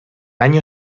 año